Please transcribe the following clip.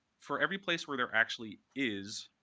for every place where there actually is